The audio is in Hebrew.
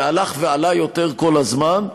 והלך ועלה יותר כל הזמן.